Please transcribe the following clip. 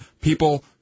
people